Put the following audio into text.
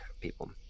people